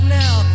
now